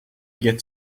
get